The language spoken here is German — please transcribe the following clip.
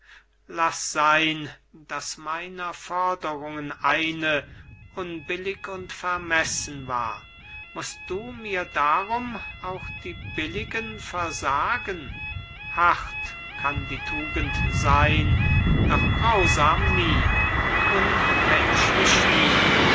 laß sein daß meiner forderungen eine unbillig und vermessen war mußt du mir darum auch die billigen versagen hart kann die tugend sein doch grausam nie unmenschlich nie